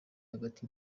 hagati